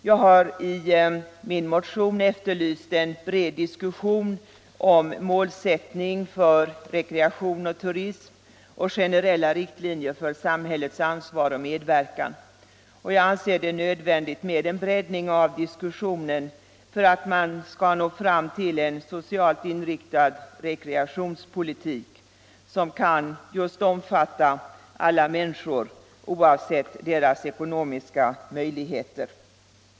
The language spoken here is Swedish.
Jag har i min motion efterlyst en bred diskussion om målsättningen för rekreation och turism och generella riktlinjer för samhällets ansvar och medverkan. Jag anser det nödvändigt med en breddning av diskussionen för att man skall nå fram till en socialt inriktad rekreationspolitik som just kan omfatta alla människor, oavsett deras ekonomiska möjligheter.